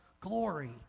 glory